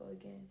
again